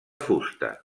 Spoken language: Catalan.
fusta